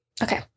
Okay